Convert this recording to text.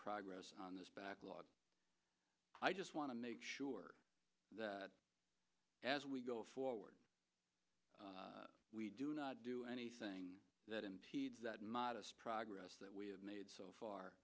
progress on this backlog i just want to make sure that as we go forward we do not do anything that impedes that modest progress that we have made so far